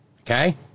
okay